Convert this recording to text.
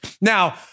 Now